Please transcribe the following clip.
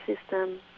system